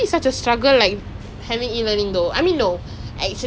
because like diploma all the way have been all the way have been theory lah